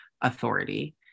authority